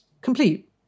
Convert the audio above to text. complete